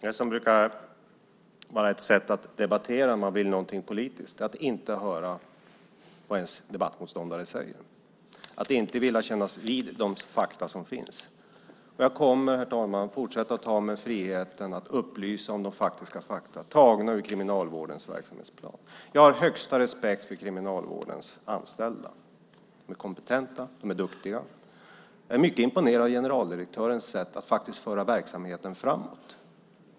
Herr talman! Ett sätt att debattera när man vill något politiskt brukar vara att inte höra vad ens debattmotståndare säger, att inte vilja kännas vid de fakta som finns. Jag kommer, herr talman, att fortsätta ta mig friheten att upplysa om fakta tagna ur Kriminalvårdens verksamhetsplan. Jag har högsta respekt för Kriminalvårdens anställda. De är kompetenta, de är duktiga. Jag är mycket imponerad av generaldirektörens sätt att faktiskt föra verksamheten framåt.